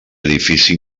edifici